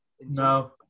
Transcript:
No